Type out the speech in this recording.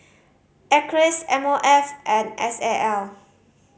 Acres M O F and S A L